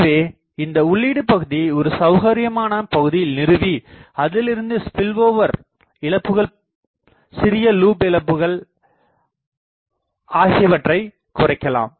எனவே இந்த உள்ளீடு பகுதியை ஒரு சவுகரியமான பகுதியில் நிறுவி அதிலிருந்து ஸ்பில்ஓவர் இழப்புகள் சிறிய லூப் இழப்புகள் ஆகியவற்றை குறைக்கலாம்